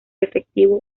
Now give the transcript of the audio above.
efectivo